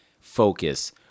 focus